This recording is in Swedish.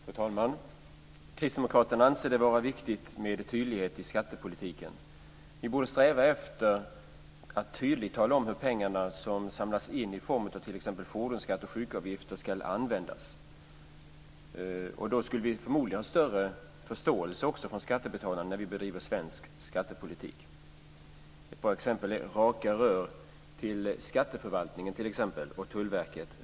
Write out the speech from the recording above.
Fru talman! Kristdemokraterna anser det vara viktigt med tydlighet i skattepolitiken. Vi borde sträva efter att tydligt tala om hur de pengar som samlas in i form av t.ex. fordonsskatt och sjukavgifter ska användas. Då skulle vi förmodligen också möta större förståelse från skattebetalarna när vi bedriver svensk skattepolitik. Ett bra exempel på detta är "raka rör" till skatteförvaltningen och till Tullverket.